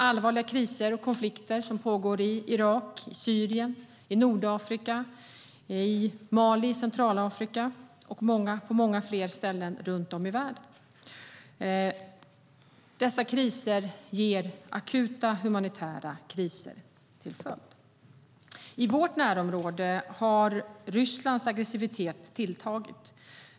Allvarliga kriser och konflikter pågår i Irak, Syrien, i Nordafrika, i Mali, i Centralafrika och på många fler ställen runt om i världen. Dessa kriser är akuta humanitära kriser.I vårt närområde har Rysslands aggressivitet tilltagit.